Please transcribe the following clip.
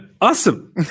awesome